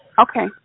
Okay